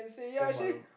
Tiong-Bahru